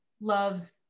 love's